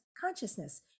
Consciousness